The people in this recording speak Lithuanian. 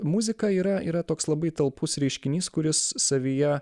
muzika yra yra toks labai talpus reiškinys kuris savyje